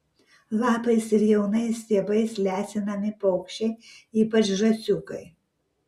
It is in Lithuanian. lapais ir jaunais stiebais lesinami paukščiai ypač žąsiukai